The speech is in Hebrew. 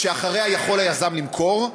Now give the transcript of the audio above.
שאחריה יכול היזם למכור.